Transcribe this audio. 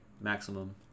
Maximum